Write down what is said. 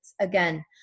Again